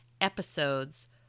episodes